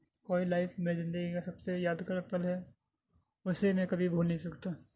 college life میری زندگی کا سب سے یادگار پل ہے اسے میں کبھی بھول نہیں سکتا